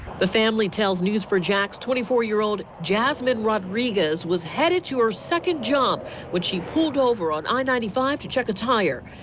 the family tells news four jackson twenty four year old jacqueline rodriguez was headed to her second job when she pulled over on i ninety five to check a tire.